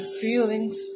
feelings